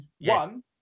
one